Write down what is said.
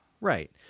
Right